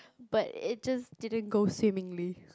but it just didn't go swimmingly